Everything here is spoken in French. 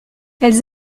elles